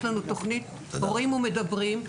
יש לנו תוכנית הורים ומדברים,